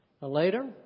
Later